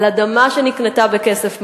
על אדמה שנקנתה בכסף מלא,